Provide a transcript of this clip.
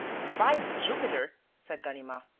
by jupiter! said ganimard.